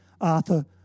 Arthur